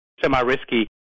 semi-risky